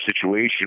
situation